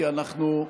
כי אנחנו,